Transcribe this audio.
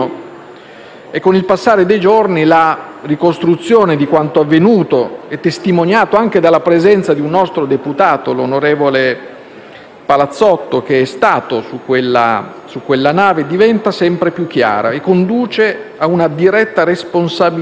Con il passare dei giorni, la ricostruzione di quanto avvenuto, testimoniata anche dalla presenza di un nostro deputato, l'onorevole Palazzotto, che è stato su quella nave, diventa sempre più chiara e conduce a una diretta responsabilità della